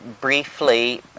briefly